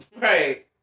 Right